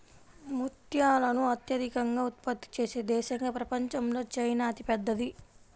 ముత్యాలను అత్యధికంగా ఉత్పత్తి చేసే దేశంగా ప్రపంచంలో చైనా అతిపెద్దది